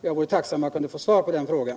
Jag vore tacksam för att få svar på den frågan.